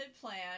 Plan